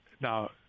Now